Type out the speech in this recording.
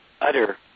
utter